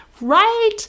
right